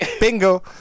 Bingo